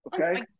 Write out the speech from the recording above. Okay